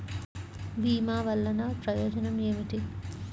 భీమ వల్లన ప్రయోజనం ఏమిటి?